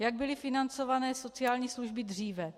Jak byly financovány sociální služby dříve?